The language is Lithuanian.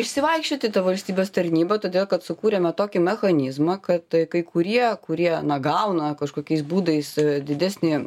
išsivaikščioti ta valstybės tarnyba todėl kad sukūrėme tokį mechanizmą kad kai kurie kurie gauna kažkokiais būdais didesnį